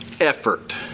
effort